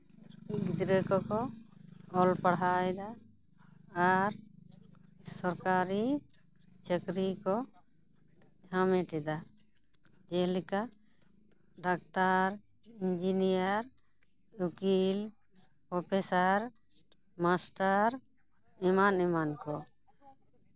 ᱜᱤᱫᱽᱨᱟᱹ ᱠᱚᱠᱚ ᱚᱞ ᱯᱟᱲᱦᱟᱣ ᱮᱫᱟ ᱟᱨ ᱥᱚᱨᱠᱟᱨᱤ ᱪᱟᱹᱠᱨᱤ ᱠᱚ ᱦᱟᱢᱮᱴ ᱮᱫᱟ ᱡᱮᱞᱮᱠᱟ ᱰᱟᱠᱛᱟᱨ ᱤᱧᱡᱤᱱᱤᱭᱟᱨ ᱩᱠᱤᱞ ᱯᱨᱚᱯᱷᱮᱥᱟᱨ ᱢᱟᱥᱴᱟᱨ ᱮᱢᱟᱱ ᱮᱢᱟᱱ ᱠᱚ